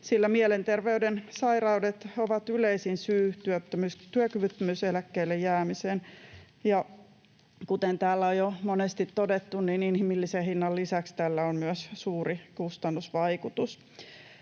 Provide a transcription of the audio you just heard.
sillä mielenterveyden sairaudet ovat yleisin syy työkyvyttömyyseläkkeelle jäämiseen. Ja kuten täällä on jo monesti todettu, inhimillisen hinnan lisäksi tällä on myös suuri kustannusvaikutus.